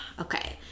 okay